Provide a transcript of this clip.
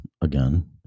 again